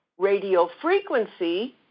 radiofrequency